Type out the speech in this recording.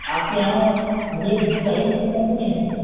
आपके यहाँ रेट सही मिलेगा कि नहीं